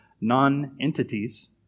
non-entities